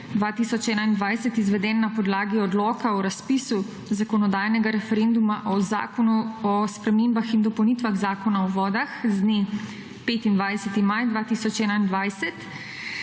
2021 izveden na podlagi odloka o razpisu zakonodajnega referenduma o Zakonu o spremembah in dopolnitvah Zakona o vodah z dne 25. maj 2021